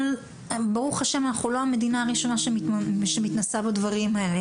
ברוך ה' אנחנו לא המדינה הראשונה שמתנסה בדברים האלה.